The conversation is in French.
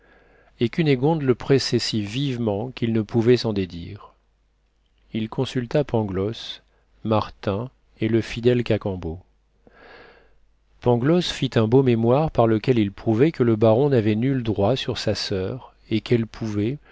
et cunégonde le pressait si vivement qu'il ne pouvait s'en dédire il consulta pangloss martin et le fidèle cacambo pangloss fit un beau mémoire par lequel il prouvait que le baron n'avait nul droit sur sa soeur et qu'elle pouvait